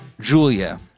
Julia